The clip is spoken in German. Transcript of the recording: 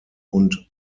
und